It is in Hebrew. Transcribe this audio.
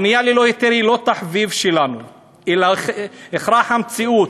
הבנייה ללא היתר היא לא תחביב שלנו אלא הכרח המציאות.